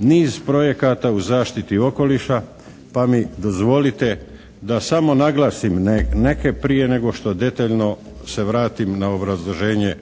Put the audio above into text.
niz projekata u zaštiti okoliša pa mi dozvolite da samo naglasim neke prije nego što detaljno se vratim na obrazloženje